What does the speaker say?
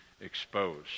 exposed